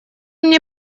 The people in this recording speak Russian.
мне